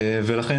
לכן,